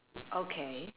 okay